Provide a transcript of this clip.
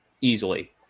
easily